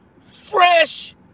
Fresh